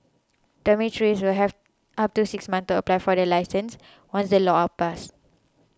dormitories will have up to six months to apply for the licence once the laws are passed